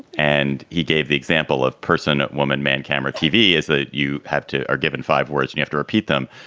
and he gave the example of person, woman, man, camera, tv is that you have to are given five words. you have to repeat them.